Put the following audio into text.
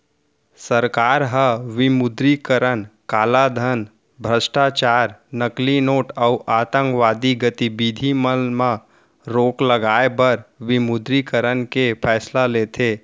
सरकार ह विमुद्रीकरन कालाधन, भस्टाचार, नकली नोट अउ आंतकवादी गतिबिधि मन म रोक लगाए बर विमुद्रीकरन के फैसला लेथे